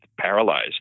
paralyzed